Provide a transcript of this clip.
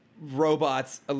robots